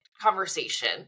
conversation